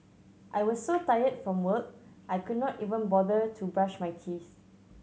I was so tired from work I could not even bother to brush my teeth